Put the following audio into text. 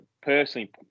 personally